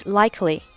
likely